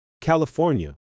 California